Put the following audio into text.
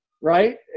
right